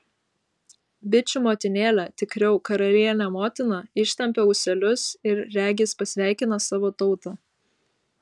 bičių motinėlė tikriau karalienė motina ištempia ūselius ir regis pasveikina savo tautą